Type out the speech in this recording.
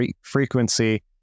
frequency